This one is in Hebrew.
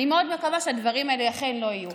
אני מאוד מקווה שהדברים האלה אכן לא יהיו.